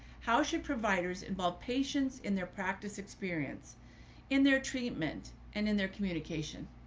how should providers involve patients in their practice experience in their treatment and in their communication?